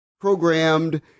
programmed